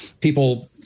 people